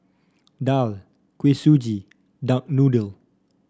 daal Kuih Suji Duck Noodle